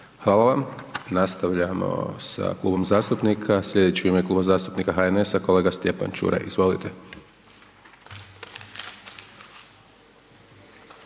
(SDP)** Nastavljamo sa klubom zastupnika, slijedeći u ime Kluba zastupnika HNS-a kolega Stjepan Ćuraj, izvolite.